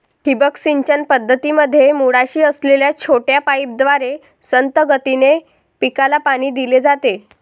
ठिबक सिंचन पद्धतीमध्ये मुळाशी असलेल्या छोट्या पाईपद्वारे संथ गतीने पिकाला पाणी दिले जाते